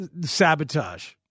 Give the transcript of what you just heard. sabotage